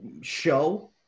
show